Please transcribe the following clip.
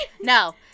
no